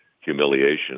humiliation